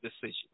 decision